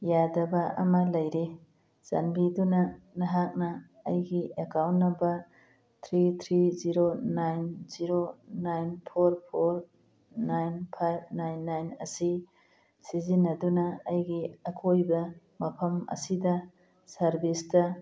ꯌꯥꯗꯕ ꯑꯃ ꯂꯩꯔꯦ ꯆꯥꯟꯕꯤꯗꯨꯅ ꯅꯍꯥꯛꯅ ꯑꯩꯒꯤ account number three three zero nine zero nine four four nine five nine nine ꯑꯁꯤ ꯁꯤꯖꯤꯟꯅꯗꯨꯅ ꯑꯩꯒꯤ ꯑꯀꯣꯏꯕ ꯃꯐꯝ ꯑꯁꯤꯗ ꯁꯥꯔꯕꯤꯁꯇ